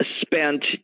spent